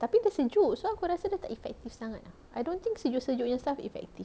tapi dia sejuk so aku rasa dia tak effective sangat I don't think sejuk-sejuk punya stuff effective